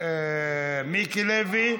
מיקי לוי,